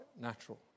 natural